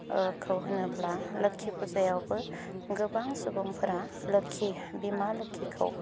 होनोब्ला लोखि फुजायावबो गोबां सुबुंफोरा लोखि बिमा लोखिखौ